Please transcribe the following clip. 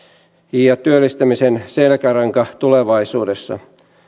ja työllistämisen selkäranka tulevaisuudessa